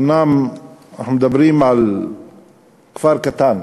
אומנם אנחנו מדברים על כפר קטן